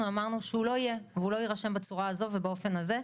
אמרנו שהוא לא יהיה והוא לא יירשם בצורה הזאת ובאופן הזה.